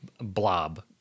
blob